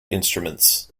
instruments